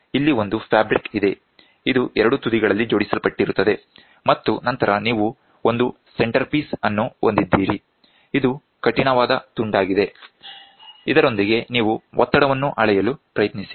ಆದ್ದರಿಂದ ಇಲ್ಲಿ ಒಂದು ಫ್ಯಾಬ್ರಿಕ್ ಇದೆ ಇದು ಎರಡೂ ತುದಿಗಳಲ್ಲಿ ಜೋಡಿಸಲ್ಪಟ್ಟಿರುತ್ತದೆ ಮತ್ತು ನಂತರ ನೀವು ಒಂದು ಸೆಂಟರ್ಪೀಸ್ ಅನ್ನು ಹೊಂದಿದ್ದೀರಿ ಇದು ಕಠಿಣವಾದ ತುಂಡಾಗಿದೆ ಇದರೊಂದಿಗೆ ನೀವು ಒತ್ತಡವನ್ನು ಅಳೆಯಲು ಪ್ರಯತ್ನಿಸಿರಿ